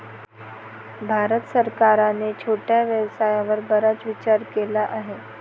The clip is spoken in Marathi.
भारत सरकारने छोट्या व्यवसायावर बराच विचार केला आहे